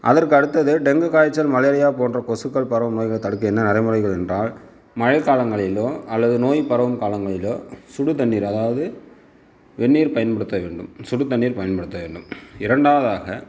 அதற்கடுத்தது dengue காய்ச்சல் malaria போன்ற கொசுக்கள் பரவும் நோய்களை தடுக்க என்ன நடைமுறைகள் என்றால் மழைக் காலங்களிலோ அல்லது நோய் பரவும் காலங்களிலோ சுடு தண்ணீர் அதாவது வெந்நீர் பயன்படுத்த வேண்டும் சுடு தண்ணீர் பயன்படுத்த வேண்டும் இரண்டாவதாக